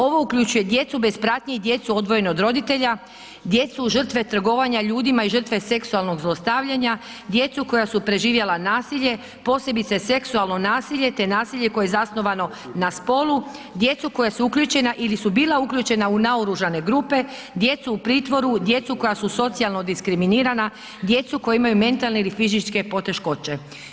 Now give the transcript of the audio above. Ovo uključuje djecu bez pratnje i djecu odvojene od roditelja, djecu žrtve trgovanja ljudima i žrtve seksualnog zlostavljanja, djecu koja su preživjela nasilje, posebice seksualno nasilje, te nasilje koje je zasnovano na spolu, djecu koja su uključena ili su bila uključena u naoružane grupe, djecu u pritvoru, djecu koja su socijalno diskriminirana, djecu koja imaju mentalne ili fizičke poteškoće.